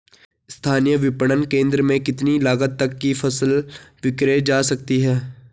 स्थानीय विपणन केंद्र में कितनी लागत तक कि फसल विक्रय जा सकती है?